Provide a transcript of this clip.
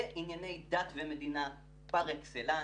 זה ענייני דת ומדינה פר-אקסלנס.